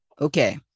Okay